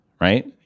right